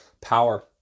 power